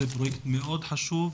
זה פרויקט מאוד חשוב,